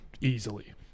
easily